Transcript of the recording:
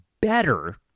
better